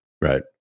Right